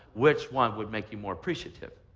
which one would make you more appreciative?